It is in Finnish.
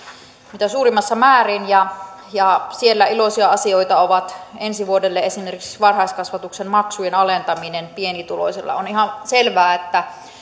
mitä suurimmassa määrin ja ja siellä iloisia asioita ovat ensi vuodelle esimerkiksi varhaiskasvatuksen maksujen alentaminen pienituloisilla on ihan selvää että